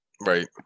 right